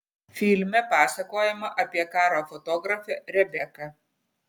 filme pasakojama apie karo fotografę rebeką